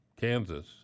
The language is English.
Kansas